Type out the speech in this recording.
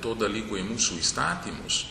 to dalyko į mūsų įstatymus